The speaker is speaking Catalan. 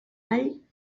all